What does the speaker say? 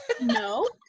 no